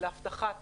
להבטחת